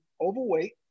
overweight